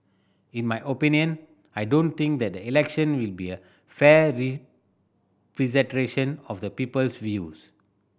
in my opinion I don't think that the election will be a fair representation of the people's views